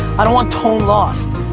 i don't want tone loss.